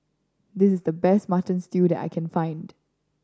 this is the best Mutton Stew that I can find